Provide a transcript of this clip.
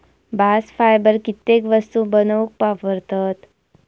bast fibre कित्येक वस्तू बनवूक वापरतत